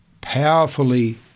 powerfully